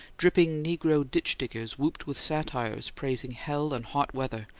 dripping negro ditch-diggers whooped with satires praising hell and hot weather,